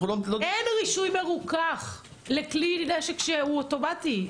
אנחנו לא --- אין רישוי מרוכך לכלי נשק שהוא אוטומטי,